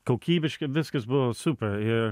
kokybiški viskas buvo super i